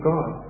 God